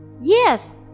Yes